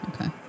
Okay